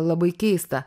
labai keista